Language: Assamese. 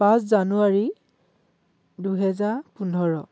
পাঁচ জানুৱাৰী দুহেজাৰ পোন্ধৰ